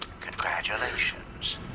Congratulations